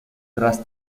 tras